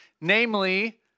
namely